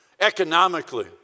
economically